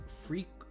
freak